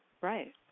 Right